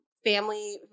family